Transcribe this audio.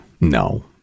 no